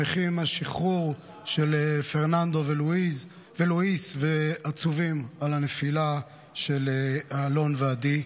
שמחים על השחרור של פרננדו ולואיס ועצובים על הנפילה של אלון ועדי.